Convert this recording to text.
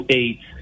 eight